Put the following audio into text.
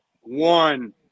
One